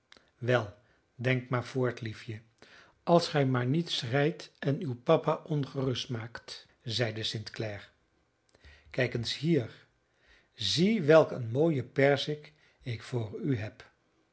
wel denk maar voort liefje als gij maar niet schreit en uw papa ongerust maakt zeide st clare kijk eens hier zie welk een mooie perzik ik voor u heb